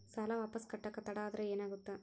ಸಾಲ ವಾಪಸ್ ಕಟ್ಟಕ ತಡ ಆದ್ರ ಏನಾಗುತ್ತ?